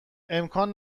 امکان